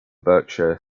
berkshire